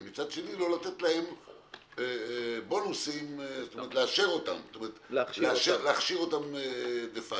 מצד שני, לא לתת הם בונוסים, להכשיר אותם דה פקטו.